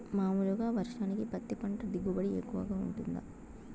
మామూలుగా వర్షానికి పత్తి పంట దిగుబడి ఎక్కువగా గా వుంటుందా?